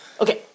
Okay